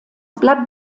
blatt